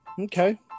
Okay